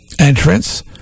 entrance